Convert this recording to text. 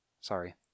Sorry